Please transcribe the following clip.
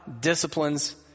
disciplines